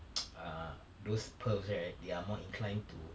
err those pervs right they are more inclined to